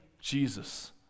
Jesus